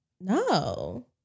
No